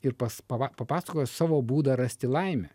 ir pas pava papasakojo savo būdą rasti laimę